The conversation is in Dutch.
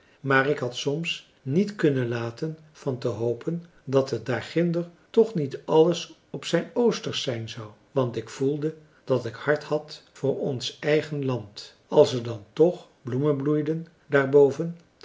maar ik had soms niet kunnen laten van te hopen dat het daarginder toch niet alles op zijn oostersch zijn zou want ik voelde dat ik hart had voor ons eigen land als er dan toch bloemen bloeiden daarboven